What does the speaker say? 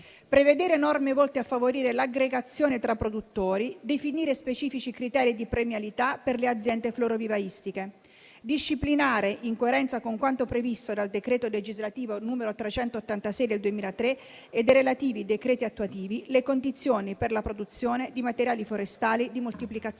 prevedere norme volte a favorire l'aggregazione tra produttori; definire specifici criteri di premialità per le aziende florovivaistiche; disciplinare, in coerenza con quanto previsto dal decreto legislativo n. 386 del 2003 e dei relativi decreti attuativi, le condizioni per la produzione di materiali forestali di moltiplicazione;